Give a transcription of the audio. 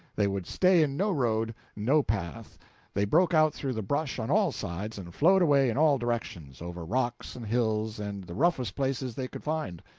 they would stay in no road, no path they broke out through the brush on all sides, and flowed away in all directions, over rocks, and hills, and the roughest places they could find.